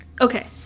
Okay